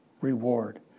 reward